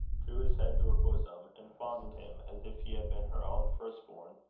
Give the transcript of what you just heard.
drew his head to her bosom, and fondled him as if he had been her own first-born.